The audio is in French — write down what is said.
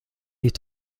est